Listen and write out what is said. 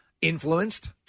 influenced